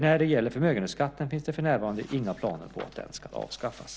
När det gäller förmögenhetsskatten finns det för närvarande inga planer på att den ska avskaffas.